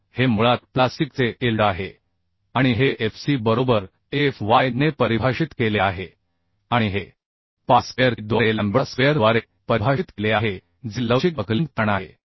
तर हे मुळात प्लास्टिकचे इल्ड आहे आणि हे f c बरोबर f y ने परिभाषित केले आहे आणि हे π स्क्वेअर e द्वारे लॅम्बडा स्क्वेअरद्वारे परिभाषित केले आहे जे लवचिक बकलिंग ताण आहे